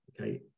Okay